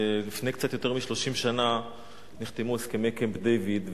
לפני קצת יותר מ-30 שנה נחתמו הסכמי קמפ-דייוויד.